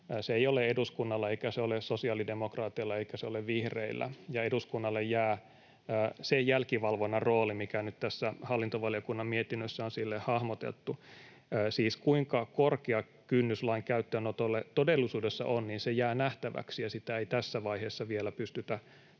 Se ei ole eduskunnalla, eikä se ole sosiaalidemokraateilla, eikä se ole vihreillä, ja eduskunnalle jää sen jälkivalvonnan rooli, mikä nyt tässä hallintovaliokunnan mietinnössä on sille hahmoteltu. Siis kuinka korkea kynnys lain käyttöönotolle todellisuudessa on, se jää nähtäväksi, ja sitä ei tässä vaiheessa vielä pystytä